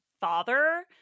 Father